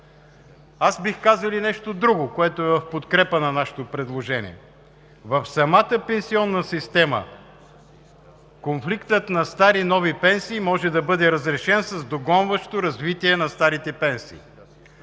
Аз бих казал и нещо друго, което е в подкрепа на нашето предложение. В самата пенсионна система конфликтът на стари и нови пенсии може да бъде разрешен с догонващо развитие на старите пенсии.